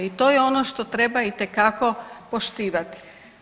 I to je ono što treba itekako poštivati.